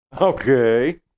Okay